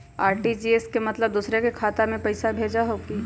RTGS के मतलब दूसरे के खाता में पईसा भेजे होअ हई?